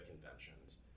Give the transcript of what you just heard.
Conventions